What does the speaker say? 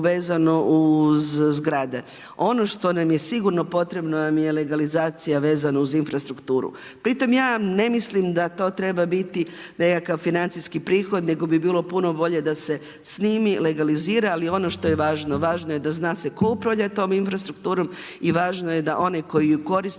vezano uz zgrade, ono što nam je sigurno potrebna nam je legalizacija vezana uz infrastrukturu. Pri tom ja ne mislim da to treba biti nekakav financijski prihod nego bi bilo puno bolje da se snimi, legalizira. Ali ono što je važno, važno je da zna se tko upravlja tom infrastrukturom i važno je da oni koji je koriste